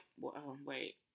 wait